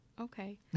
Okay